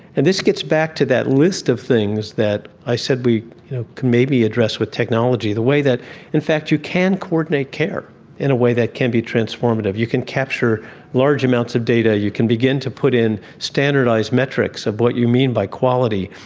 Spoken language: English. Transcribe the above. and this gets back to that list of things that i said we you know can maybe address with technology, the way that in fact you can coordinate care in a way that can be transformative. you can capture large amounts of data, you can begin to put in standardised metrics of what you mean by quality,